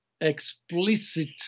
explicit